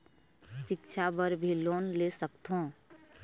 सिक्छा बर भी लोन ले सकथों?